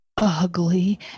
ugly